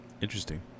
Interesting